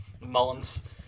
Mullins